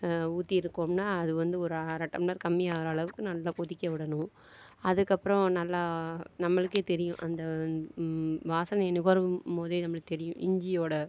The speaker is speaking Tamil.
ஊத்தியிருக்கோம்னா அது வந்து ஒரு அரை டம்ளர் கம்மி ஆகிற அளவுக்கு நல்லா கொதிக்க விடணும் அதுக்கு அப்புறம் நல்லா நம்மளுக்கே தெரியும் அந்த வாசனைய நுகரும் போதே நம்மளுக்கு தெரியும் இஞ்சியோடய